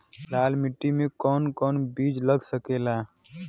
लाल मिट्टी में कौन कौन बीज लग सकेला?